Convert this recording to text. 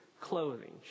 clothing